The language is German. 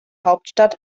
hauptstadt